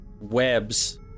webs